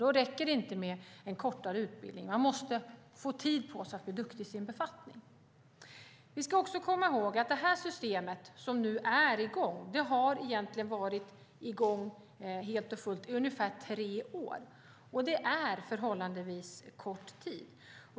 Då räcker det inte med en kortare utbildning. Man måste få tid på sig att bli duktig i sin befattning. Vi ska också komma ihåg att det här systemet, som nu är i gång, egentligen har varit i gång helt och fullt i ungefär tre år. Det är förhållandevis kort tid.